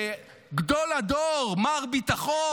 שגדול הדור מר ביטחון,